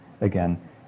again